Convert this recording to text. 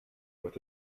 with